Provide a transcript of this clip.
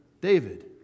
David